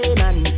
man